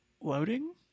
loading